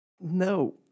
No